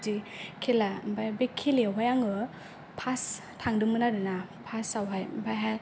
खेला ओमफाय बे खेलायावहाय आङो पास थांदोंमोन आरो ना पासावहाय